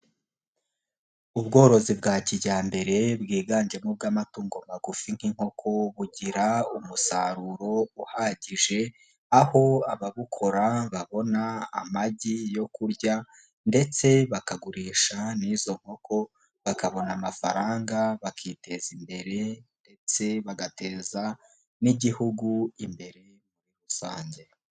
Ubworozi bwa kijyambere bwiganjemo ubw'amatungo magufi nk'inkoko bugira umusaruro uhagije aho ababukora babona amagi yo kurya ndetse bakagurisha n'izo nkoko bakabona amafaranga bakiteza imbere ndetse bagateza n'igihugu imbere muri rusange.